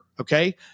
okay